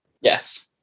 Yes